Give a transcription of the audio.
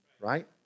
right